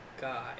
guy